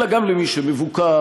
אלא גם למי שמבוקר,